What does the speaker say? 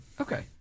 okay